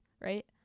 right